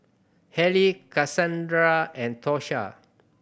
Haley Casandra and Tosha